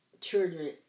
children